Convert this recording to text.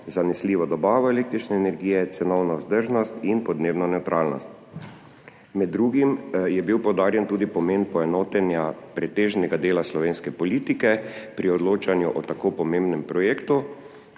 zanesljivo dobavo električne energije, cenovno vzdržnost in podnebno nevtralnost. Med drugim je bil poudarjen tudi pomen poenotenja pretežnega dela slovenske politike pri odločanju o tako pomembnem projektu,